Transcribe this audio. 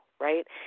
right